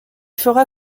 fera